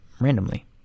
randomly